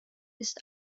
ist